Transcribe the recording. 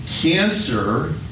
Cancer